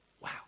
Wow